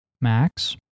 max